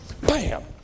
Bam